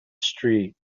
street